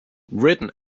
written